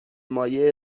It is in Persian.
مایه